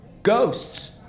Ghosts